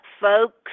folks